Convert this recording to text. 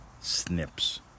snips